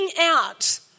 out